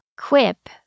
Quip